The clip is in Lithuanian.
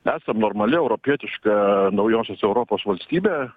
esam normali europietiška naujosios europos valstybė